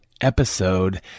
episode